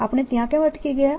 આપણે ત્યાં કેમ અટકી ગયા